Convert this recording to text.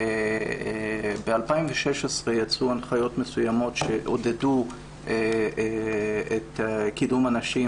ב-2016 יצאו הנחיות מסוימות שעודדו את קידום הנשים